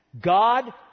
God